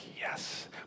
Yes